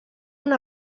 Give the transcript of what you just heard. una